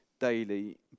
daily